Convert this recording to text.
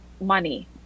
money